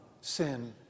sin